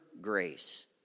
grace